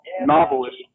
novelist